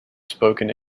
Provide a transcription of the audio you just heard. spoken